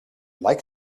like